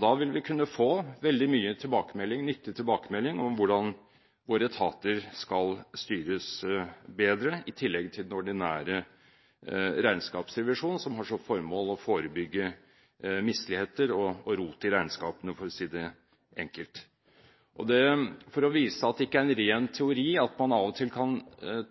Da vil vi kunne få veldig mye tilbakemelding – nyttig tilbakemelding – om hvordan våre etater skal styres bedre, i tillegg til den ordinære regnskapsrevisjonen, som har som formål å forebygge misligheter og rot i regnskapene, for å si det enkelt. For å vise at det ikke er en ren teori at man av og til kan